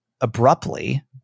abruptly